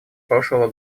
прошлого